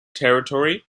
territory